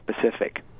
Pacific